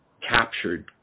captured